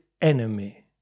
enemy